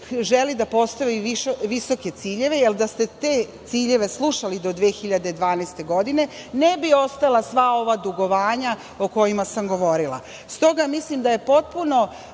želi da postavi visoke ciljeve, jer da ste te ciljeve slušali do 2012. godine ne bi ostala sva ova dugovanja o kojima sam govorila.S toga, mislim da je potpuno